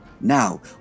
Now